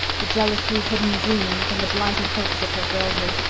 the jealously hidden dreams and the blighted hopes of her girlhood,